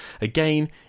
again